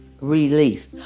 relief